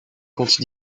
compte